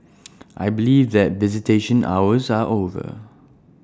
I believe that visitation hours are over